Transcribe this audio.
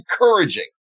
encouraging